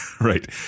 right